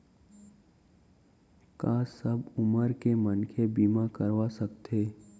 का सब उमर के मनखे बीमा करवा सकथे?